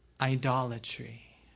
idolatry